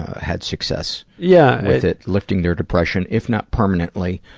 had success yeah with it, lifting their depression, if not permanent, like